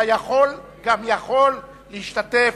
אתה יכול גם יכול להשתתף,